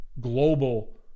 global